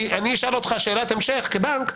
כי אני אשאל אותך שאלת המשך: כבנק,